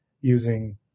using